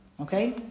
Okay